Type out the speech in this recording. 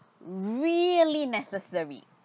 really necessary